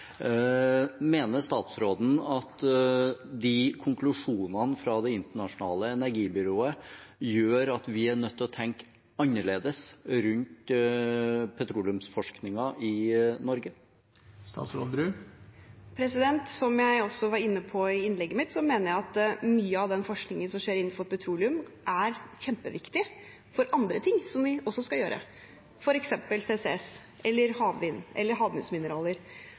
Mener statsråden at de konklusjonene fra Det internasjonale energibyrået gjør at vi er nødt til å tenke annerledes rundt petroleumsforskningen i Norge? Som jeg også var inne på i innlegget mitt, mener jeg at mye av den forskningen som skjer innenfor petroleum, er kjempeviktig for andre ting som vi også skal gjøre – f.eks. CCS, havvind eller havbunnsmineraler.